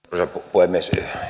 puhemies